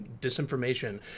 disinformation